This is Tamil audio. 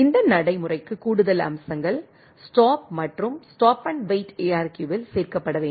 இந்த நடைமுறைக்கு கூடுதல் அம்சங்கள் ஸ்டாப் மற்றும் ஸ்டாப் அண்ட் வெயிட் ARQ வில் சேர்க்கப்பட வேண்டும்